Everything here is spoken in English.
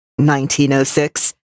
1906